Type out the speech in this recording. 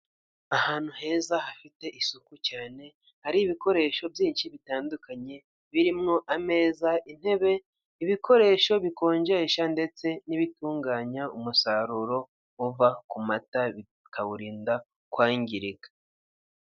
Ahantu heza hafite isuku cyane hari ibikoresho byinshi bitandukanye birimo ameza, intebe, ibikoresho bikonjesha ndetse n'ibitunganya umusaruro uva ku mata bikawurinda kwangirika.